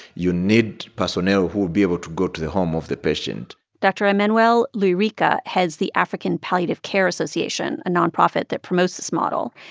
you need personnel who would be able to go to the home of the patient dr. um and emmanuel luyirika heads the african palliative care association, a nonprofit that promotes this model.